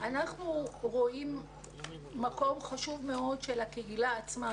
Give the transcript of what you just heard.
אנחנו רואים מקום חשוב מאוד של הקהילה עצמה.